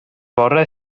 fore